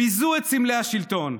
ביזו את סמלי השלטון.